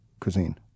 cuisine